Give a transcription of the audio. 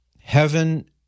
Heaven